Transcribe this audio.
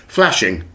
Flashing